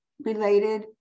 related